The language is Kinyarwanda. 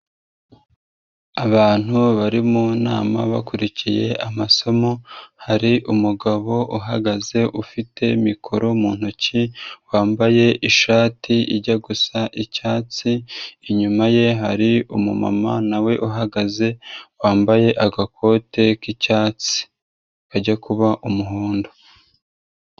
Abantu bari mu nama, bakurikiye amasomo hari umugabo uhagaze ufite mikoro mu ntoki, wambaye ishati ijya gusa icyatsi, inyuma ye hari umumama nawe uhagaze wambaye agakote k'icyatsi, kajya kuba umuhondo.